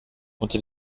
unter